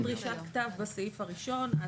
יש שם דרישת כתב בסעיף הראשון.